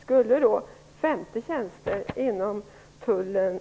Skulle 50 tjänster inom Tullen